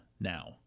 now